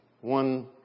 one